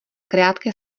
krátké